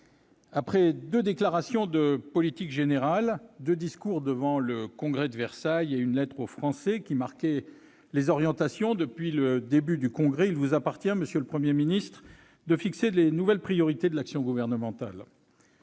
après deux déclarations de politique générale, deux discours devant le Congrès de Versailles et une lettre aux Français qui marquaient les orientations du mandat, il vous appartient, monsieur le Premier ministre, de fixer les nouvelles priorités de l'action gouvernementale.